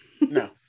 No